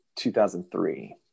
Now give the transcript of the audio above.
2003